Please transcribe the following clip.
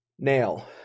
Nail